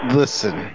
listen